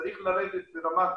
צריך לרדת לרמת